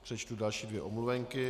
Přečtu další dvě omluvenky.